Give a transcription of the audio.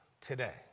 today